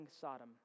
Sodom